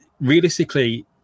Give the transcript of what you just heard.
realistically